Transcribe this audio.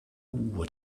why